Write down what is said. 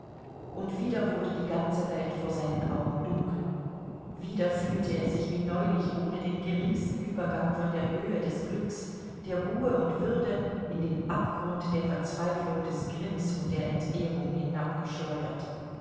und wieder wurde die ganze welt vor seinen augen dunkel wieder fühlte er sich wie neulich ohne den geringsten übergang von der höhe des glücks der ruhe und würde in den abgrund der verzweiflung des grimms und der entehrung